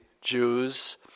Jews